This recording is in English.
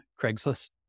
Craigslist